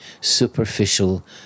superficial